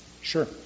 Sure